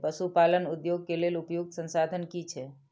पशु पालन उद्योग के लेल उपयुक्त संसाधन की छै?